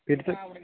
तिथं